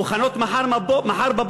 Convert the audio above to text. מוכנות מחר בבוקר